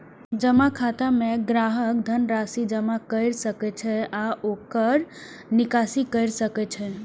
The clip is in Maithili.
जमा खाता मे ग्राहक धन राशि जमा कैर सकै छै आ ओकर निकासी कैर सकै छै